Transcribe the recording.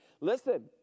listen